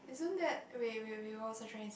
isn't that wait wait wait what was I trying to say